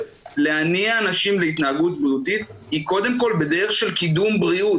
להניא אנשים להתנהגות בריאותית היא קודם כול בדרך של קידום בריאות,